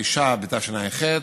תשעה בתשע"ח,